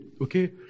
okay